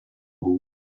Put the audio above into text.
rūmų